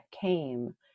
came